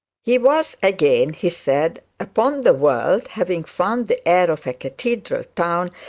he was again, he said, upon the world, having found the air of a cathedral town,